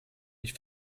ich